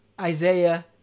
Isaiah